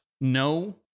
no